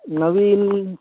नवीन